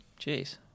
Jeez